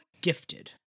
gifted